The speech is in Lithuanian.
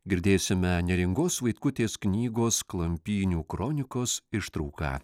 girdėsime neringos vaitkutės knygos klampynių kronikos ištrauką